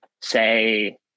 say